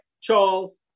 Charles